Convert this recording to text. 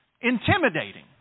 intimidating